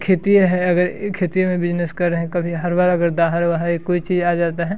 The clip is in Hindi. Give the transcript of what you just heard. खेती है अगर खेती में बिजनेस कर रहे हैं कभी हर बार अगर कभी दाहर वाहर कोई चीज आ जाता है